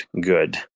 good